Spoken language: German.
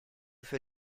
für